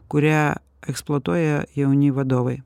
kurią eksploatuoja jauni vadovai